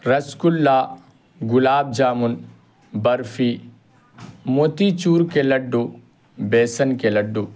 رس گلا گلاب جامن برفی موتی چور کے لڈو بیسن کے لڈو